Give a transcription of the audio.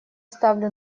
ставлю